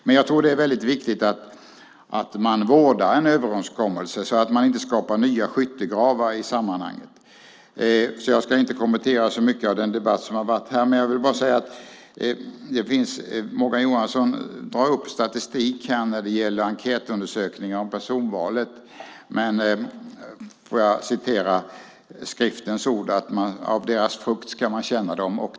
Jag tror att det är väldigt viktigt att man vårdar en överenskommelse så att man inte skapar nya skyttegravar i sammanhanget, därför ska jag inte kommentera så mycket av den debatt som har förts här. Morgan Johansson drar dock upp statistik när det gäller enkätundersökningar om personvalet. Får jag citera skriftens ord: "På deras frukt skall ni känna igen dem."